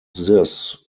this